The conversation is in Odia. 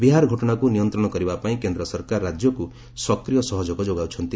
ବିହାର ଘଟଣାକୁ ନିୟନ୍ତ୍ରଣ କରିବା ପାଇଁ କେନ୍ଦ୍ର ସରକାର ରାଜ୍ୟକୁ ସକ୍ରିୟ ସହଯୋଗ ଯୋଗାଉଛନ୍ତି